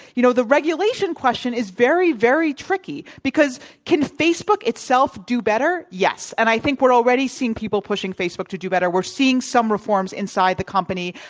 you know, the regulation question is very, very tricky, because can facebook itself do better? yes. and i think we're already seeing people pushing facebook to do better. we're seeing some reforms inside the company.